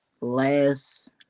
last